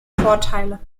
vorteile